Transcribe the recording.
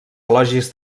elogis